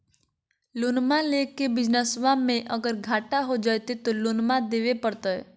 लोनमा लेके बिजनसबा मे अगर घाटा हो जयते तो लोनमा देवे परते?